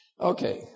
Okay